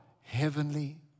heavenly